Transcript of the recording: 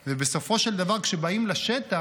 ובסופו של דבר, כשבאים לשטח,